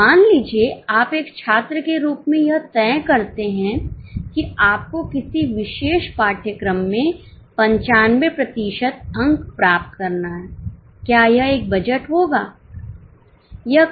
मान लीजिए आप एक छात्र के रूप में यह तय करते हैं कि आपको किसी विशेष पाठ्यक्रम में 95 प्रतिशत अंक प्राप्त करना हैं क्या यह एक बजट होगा